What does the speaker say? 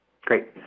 Great